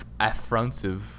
affrontive